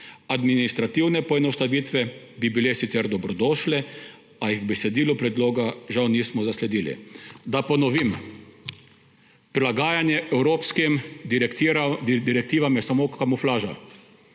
Administrativne poenostavitve bi bile sicer dobrodošle, a jih v besedilu predloga žal nismo zasledili. Da ponovim. Prilagajanje evropskim direktivam je samo kamuflaža.